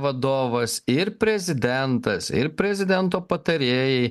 vadovas ir prezidentas ir prezidento patarėjai